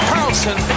Carlson